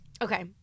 okay